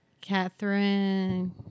Catherine